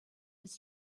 his